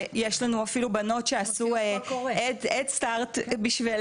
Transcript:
יש לנו בנות שעשו גיוס חברתי בשביל